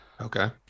Okay